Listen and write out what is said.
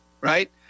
right